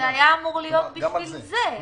זה היה אמור להיות בשביל זה.